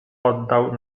oddał